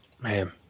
man